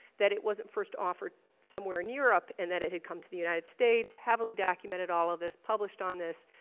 that it wasn't first offered somewhere in europe and that it had come to the united states. heavily documented all of this, published on this.